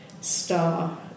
star